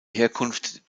herkunft